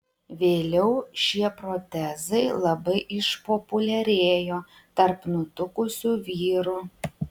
vėliau šie protezai labai išpopuliarėjo tarp nutukusių vyrų